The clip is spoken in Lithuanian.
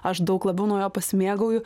aš daug labiau nuo jo pasimėgauju